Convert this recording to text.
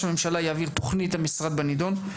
הממשלה יעביר את תוכנית המשרד בנידון.